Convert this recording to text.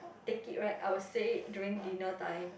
take it right I will say it during dinner time